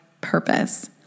purpose